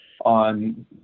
on